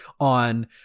on